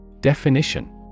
Definition